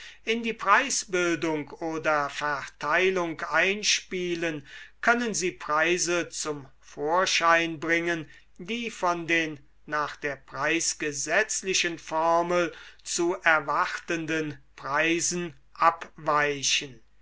in die preisbildung oder verteilung einspielen können sie preise zum vorschein bringen die von den nach der preisgesetzlichen formel zu erwartenden preisen abweichen